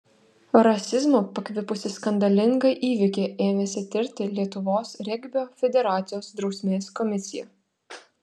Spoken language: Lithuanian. rasizmu pakvipusį skandalingą įvykį ėmėsi tirti lietuvos regbio federacijos drausmės komisija